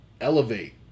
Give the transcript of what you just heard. Elevate